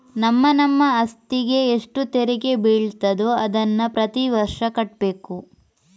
ನಮ್ಮ ನಮ್ಮ ಅಸ್ತಿಗೆ ಎಷ್ಟು ತೆರಿಗೆ ಬೀಳ್ತದೋ ಅದನ್ನ ಪ್ರತೀ ವರ್ಷ ಕಟ್ಬೇಕು